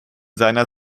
seiner